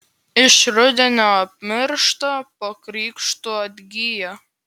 iš rudenio apmiršta po krikštų atgyja